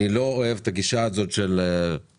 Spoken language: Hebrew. אני לא אוהב את הגישה הזאת של "תבואו,